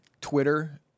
Twitter